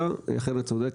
לדיון